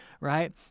right